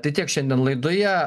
tai tiek šiandien laidoje